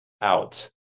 out